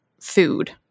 food